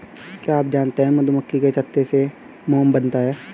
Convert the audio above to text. क्या आप जानते है मधुमक्खी के छत्ते से मोम बनता है